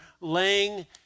laying